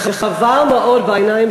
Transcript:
חבל מאוד בעיני,